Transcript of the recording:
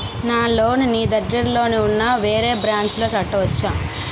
నా లోన్ నీ దగ్గర్లోని ఉన్న వేరే బ్రాంచ్ లో కట్టవచా?